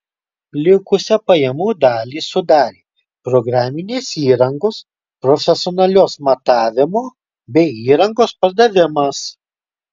likusią pajamų dalį sudarė programinės įrangos profesionalios matavimo bei įrangos pardavimas